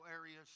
areas